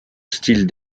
style